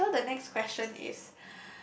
okay so the next question is